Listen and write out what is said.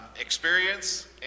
experience